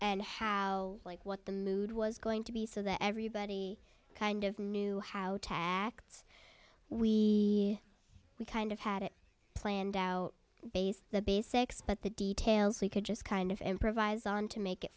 and how like what the mood was going to be so that everybody kind of knew how to act we we kind of had it planned out based the basics but the details we could just kind of improvise on to make it